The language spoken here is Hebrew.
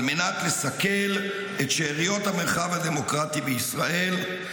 על מנת לסכל את שאריות המרחב הדמוקרטי בישראל,